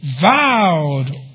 vowed